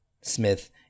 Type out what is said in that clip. Smith